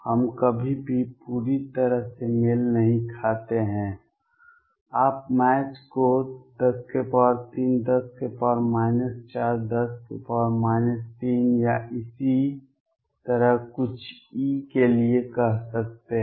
हम कभी भी पूरी तरह से मेल नहीं खाते हैं आप मैच को 103 10 4 10 3 या इसी तरह कुछ E के लिए कह सकते हैं